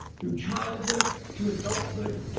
through childhood, to adulthood,